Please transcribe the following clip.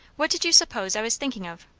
what did you suppose i was thinking of,